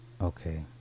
Okay